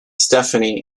stephanie